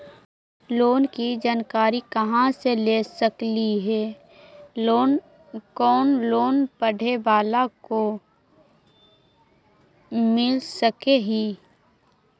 Loan की जानकारी कहा से ले सकली ही, कोन लोन पढ़े बाला को मिल सके ही?